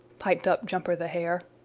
piped up jumper the hare.